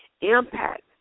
impact